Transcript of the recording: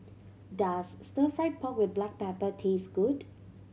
does Stir Fried Pork With Black Pepper taste good